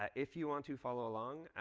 ah if you want to follow along,